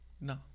No